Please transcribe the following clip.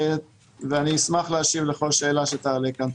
ואני אשמח להשיב לכל שאלה שתעלה כאן.